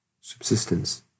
subsistence